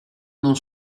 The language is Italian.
non